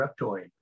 reptoid